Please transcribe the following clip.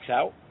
out